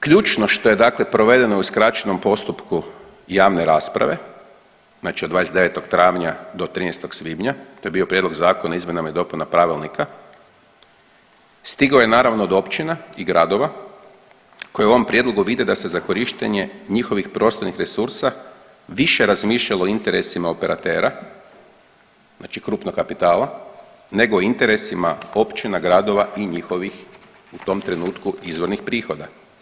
Ključno što je dakle provedeno u skraćenom postupku javne rasprave, znači od 29. travnja do 13. svibnja to je bio prijedlog zakona o izmjenama i dopunama pravilnika stigao je naravno od općina i gradova koji u ovom prijedlogu vide da se za korištenje njihovih prostornih resursa više razmišljalo o interesima operatera, znači krupnog kapitala nego o interesima općina, gradova i njihovih u tom trenutku izvornih prihoda.